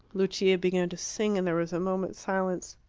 lucia began to sing, and there was a moment's silence.